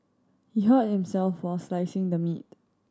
he hurt himself while slicing the meat